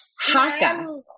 haka